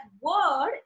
word